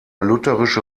lutherische